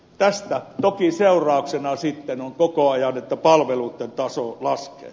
tästä toki seurauksena sitten on koko ajan että palveluitten taso laskee